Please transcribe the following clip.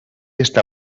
està